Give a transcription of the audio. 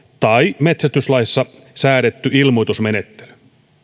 tai metsästyslaissa säädetty ilmoitusmenettely